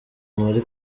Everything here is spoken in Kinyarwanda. muri